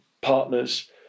partners